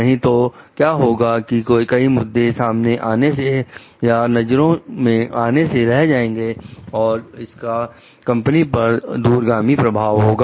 नहीं तो क्या होगा कई मुद्दे सामने आने से या नजरों में आने से रह जाएंगे और इनका कंपनी पर दूरगामी प्रभाव होगा